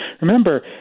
Remember